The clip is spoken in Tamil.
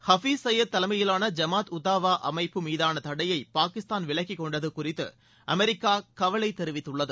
ஹபிஸ் சயீது தலைமையிலான ஜமாத் உத் தாவா அமைப்பு மீதான தடையை பாகிஸ்தான் விலக்கி கொண்டது குறித்து அமெரிக்கா கவலை தெரிவித்துள்ளது